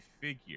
figure